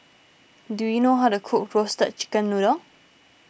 do you know how to cook Roasted Chicken Noodle